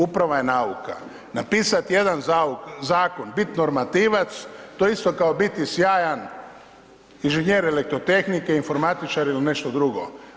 Uprava je nauka, napisat jedan zakon, bit normativac, to je isto kao biti sjajan inženjer elektrotehnike, informatičar ili nešto drugo.